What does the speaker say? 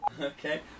Okay